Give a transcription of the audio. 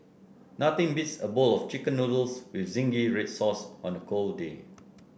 nothing beats a bowl of chicken noodles with zingy red sauce on a cold day